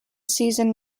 season